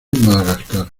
madagascar